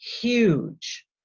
huge